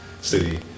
city